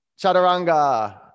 chaturanga